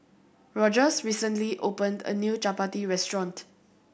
Rogers recently opened a new Chapati restaurant